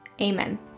Amen